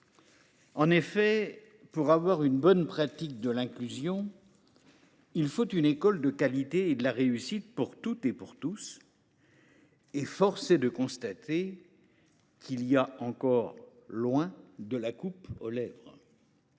En effet, pour parvenir à une bonne pratique de l’inclusion, il faut une école de qualité et de réussite pour toutes et tous. Or force est de constater qu’il y a encore loin de la coupe aux lèvres.